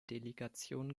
delegation